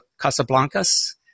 Casablanca's